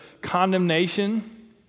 condemnation